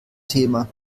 thema